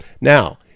Now